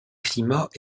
climat